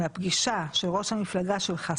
מהפגישה של ראש המפלגה שלך,